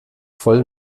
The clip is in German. voll